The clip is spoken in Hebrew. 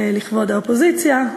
לכבוד האופוזיציה.